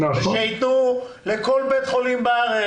בוודאי לא תחום האוטיזם שעדיין ממשיכים לקבל החזרים.